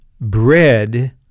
bread